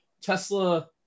Tesla